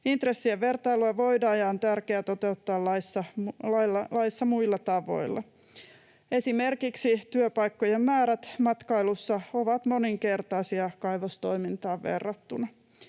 Intressien vertailua voidaan ja on tärkeää toteuttaa laissa muilla tavoilla. Esimerkiksi työpaikkojen määrät matkailussa ovat moninkertaisia kaivostoimintaan verrattuna.